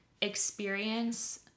experience